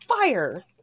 fire